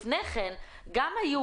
לפני כן גם היו